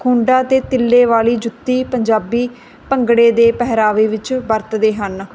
ਖੁੰਡਾ ਅਤੇ ਤਿੱਲੇ ਵਾਲੀ ਜੁੱਤੀ ਪੰਜਾਬੀ ਭੰਗੜੇ ਦੇ ਪਹਿਰਾਵੇ ਵਿੱਚ ਵਰਤਦੇ ਹਨ